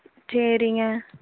சரிங்க